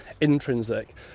intrinsic